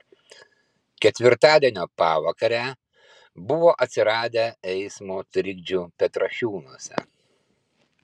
ketvirtadienio pavakarę buvo atsiradę eismo trikdžių petrašiūnuose